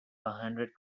hundred